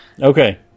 Okay